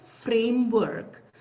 framework